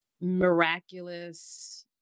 miraculous